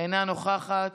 אינה נוכחת.